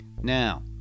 Now